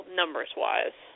numbers-wise